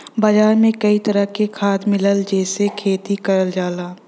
बाजार में कई तरह के खाद मिलला जेसे खेती करल जाला